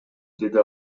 деди